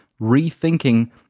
Rethinking